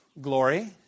glory